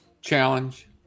challenge